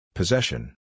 Possession